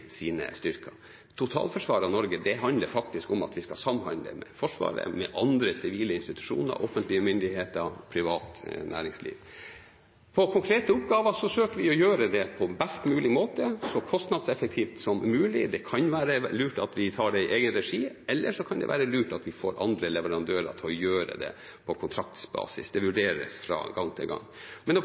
sine styrker. Totalforsvaret av Norge handler faktisk om at Forsvaret skal samhandle med andre sivile institusjoner, offentlige myndigheter og privat næringsliv. I konkrete oppgaver søker vi å gjøre det på best mulig måte, så kostnadseffektivt som mulig. Det kan være lurt at vi tar det i egen regi, eller så kan det være lurt at vi får andre leverandører til å gjøre det på kontraktsbasis. Det vurderes fra gang til gang. Men